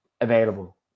available